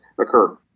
occur